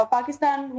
Pakistan